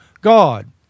God